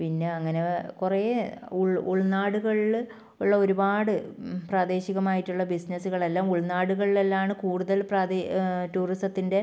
പിന്ന അങ്ങനെ കുറേ ഉൾനാടുകളിൽ ഉള്ള ഒരുപാട് പ്രാദേശികമായിട്ടുള്ള ബിസിനസ്സുകളെല്ലാം ഉൾനാടുകളിലെല്ലാമാണ് കൂടുതൽ പ്രാദേ ടൂറിസത്തിൻ്റെ